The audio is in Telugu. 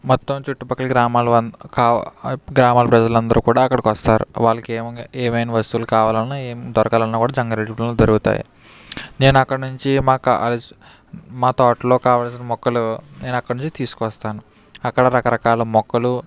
మొత్తం చుట్టు పక్కల గ్రామాల వారు గ్రామాల ప్రజలందరూ కూడా అక్కడికి వస్తారు వాళ్ళకి ఏం ఏమైనా వస్తువులు కావాలన్న ఏం దొరకాలన్న జంగారెడ్డిపాళెంలోనే దొరుకుతాయి నేనిక్కడ నుంచి మాక్కావాల్సిన మా తోటలో కావాల్సిన మొక్కలు నేనక్కడనుంచి తీసుకొస్తాను అక్కడ రకరకాల మొక్కలు